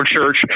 church